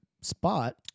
spot